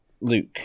Luke